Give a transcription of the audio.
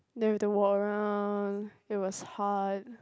then we don't walk around it was hot